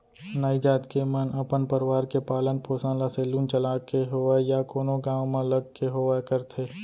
नाई जात के मन अपन परवार के पालन पोसन ल सेलून चलाके होवय या कोनो गाँव म लग के होवय करथे